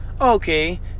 Okay